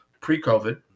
pre-COVID